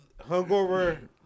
hungover